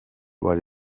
while